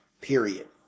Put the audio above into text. period